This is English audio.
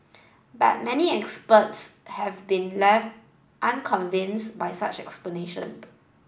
but many experts have been left unconvinced by such explanation